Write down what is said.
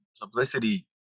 publicity